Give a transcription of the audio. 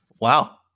Wow